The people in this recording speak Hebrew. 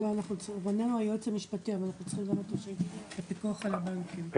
אנחנו מבינים שלמערכת הבנקאית יש תפקיד מאוד חשוב בקליטת